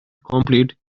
complete